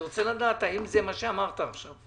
אני רוצה לדעת האם זה מה שאמרת עכשיו.